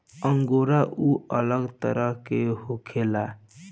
angora ऊन अलग तरह के होखेला